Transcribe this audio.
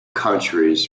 countries